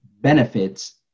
benefits